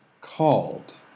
called